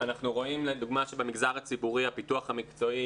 אנחנו רואים לדוגמה שבמגזר הציבורי הביטוח המקצועי